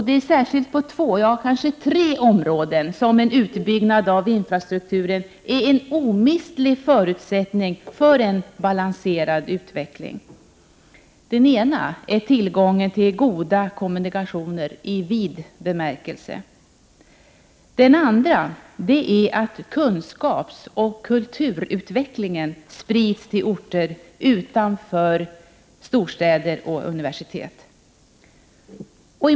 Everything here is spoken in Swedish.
Det är särskilt på två områden som en utbyggnad av infrastrukturen är en omistlig förutsättning för en balanserad utveckling. Det ena är tillgången till goda kommunikationer i vid bemärkelse. Det andra är att kunskapsoch kulturutvecklingen sprids till orter utanför storstäder och universitet.